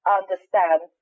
understand